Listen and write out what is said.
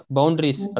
Boundaries